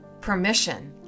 permission